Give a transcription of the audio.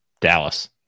Dallas